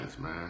man